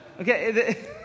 Okay